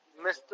Mr